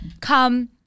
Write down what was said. come